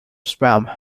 swam